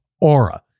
Aura